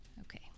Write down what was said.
Okay